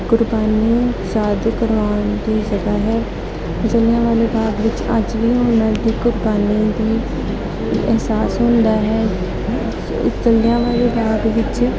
ਕੁਰਬਾਨੀ ਯਾਦ ਕਰਵਾਉਣ ਦੀ ਜਗ੍ਹਾ ਹੈ ਜਲਿਆਂਵਾਲਾ ਬਾਗ ਵਿੱਚ ਅੱਜ ਵੀ ਉਨ੍ਹਾਂ ਦੀ ਕੁਰਬਾਨੀ ਦਾ ਅਹਿਸਾਸ ਹੁੰਦਾ ਹੈ ਸ ਜਲਿਆਂਵਾਲਾ ਬਾਗ ਵਿੱਚ